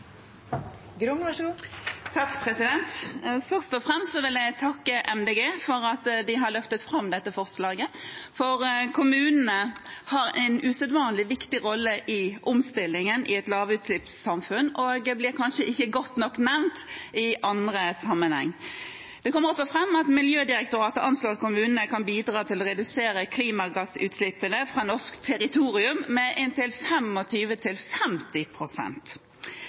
Først og fremst vil jeg takke Miljøpartiet De Grønne for at de har løftet fram dette forslaget, for kommunene har en usedvanlig viktig rolle i omstillingen i et lavutslippssamfunn, og det blir kanskje ikke godt nok nevnt i andre sammenhenger. Det kommer også fram at Miljødirektoratet anslår at kommunene kan bidra til å redusere klimagassutslippene fra norsk territorium med inntil